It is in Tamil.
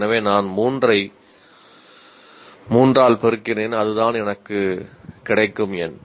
எனவே நான் 3 ஐ 3 ஆல் பெருக்கினேன் அதுதான் எனக்கு கிடைக்கும் எண்